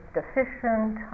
deficient